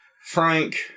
Frank